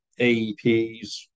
AEPs